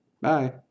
Bye